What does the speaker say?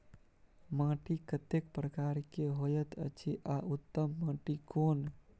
माटी कतेक प्रकार के होयत अछि आ उत्तम माटी कोन?